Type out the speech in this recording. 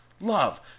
love